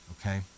Okay